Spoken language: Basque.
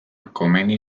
komeni